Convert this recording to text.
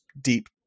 deep